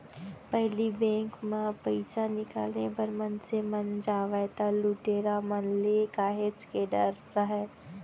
पहिली बेंक म पइसा निकाले बर मनसे मन जावय त लुटेरा मन ले काहेच के डर राहय